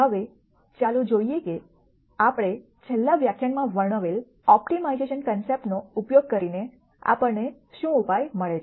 હવે ચાલો જોઈએ કે આપણે છેલ્લાં વ્યાખ્યાનમાં વર્ણવેલ ઓપ્ટિમાઇઝેશન કન્સેપ્ટનો ઉપયોગ કરીને આપણને શું ઉપાય મળે છે